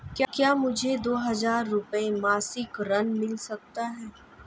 क्या मुझे दो हज़ार रुपये मासिक ऋण मिल सकता है?